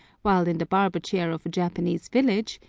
while in the barber-chair of a japanese village,